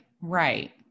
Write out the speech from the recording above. right